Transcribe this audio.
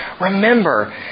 remember